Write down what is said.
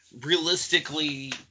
realistically